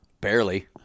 barely